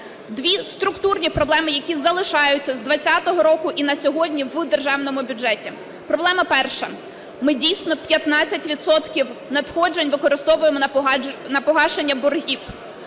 Дві структурні проблеми, які залишаються з 20-го року і на сьогодні в державному бюджеті. Проблема перша, ми дійсно 15 відсотків надходжень використовуємо на погашення боргів.